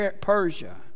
Persia